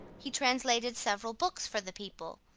he translated several books for the people,